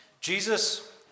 Jesus